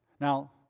Now